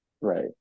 Right